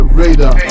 radar